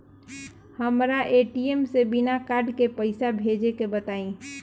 हमरा ए.टी.एम से बिना कार्ड के पईसा भेजे के बताई?